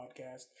podcast